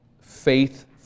faith